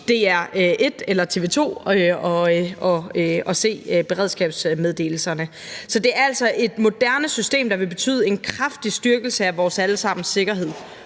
DR1 eller TV 2 og se beredskabsmeddelelserne. Så det er altså et moderne system, der vil betyde en kraftig styrkelse af vores alle sammens sikkerhed.